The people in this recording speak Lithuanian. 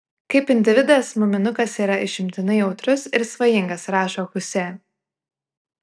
kaip individas muminukas yra išimtinai jautrus ir svajingas rašo huse